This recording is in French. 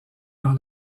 dans